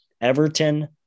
Everton